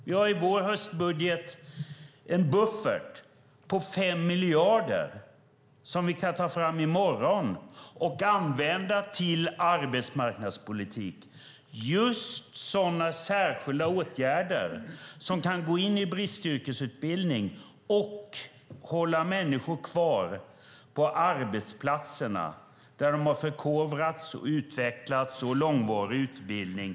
Vi har i vår höstbudget en buffert på 5 miljarder som vi kan ta fram i morgon och använda till arbetsmarknadspolitik - just sådana särskilda åtgärder som kan gå in i bristyrkesutbildning och hålla människor kvar på de arbetsplatser där de har förkovrats, utvecklats och haft en långvarig utbildning.